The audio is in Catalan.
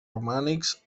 romànics